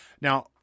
Now